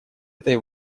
этой